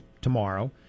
tomorrow